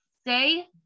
Stay